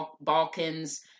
Balkans